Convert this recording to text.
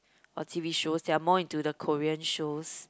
or T_V shows they're more into the Korean shows